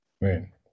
right